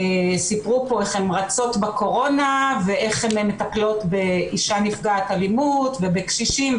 סיפרו אי הן רצות בקורונה ואיך הן מטפלות באישה נפגעת אלימות ובקשישים,